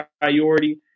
priority